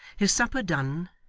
his supper done,